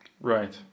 Right